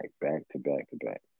back-to-back-to-back